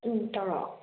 ꯎꯝ ꯇꯧꯔꯛꯑꯣ